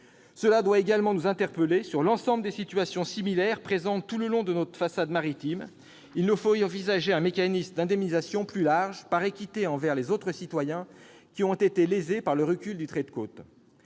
Cela doit également nous interpeller sur l'ensemble des situations similaires présentes tout le long de notre façade maritime. Il nous faut envisager un mécanisme d'indemnisation plus large, par équité envers les autres citoyens lésés par le recul du trait de côte.